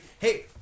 Hey